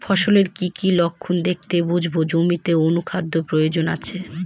ফসলের কি কি লক্ষণ দেখে বুঝব জমিতে অনুখাদ্যের প্রয়োজন আছে?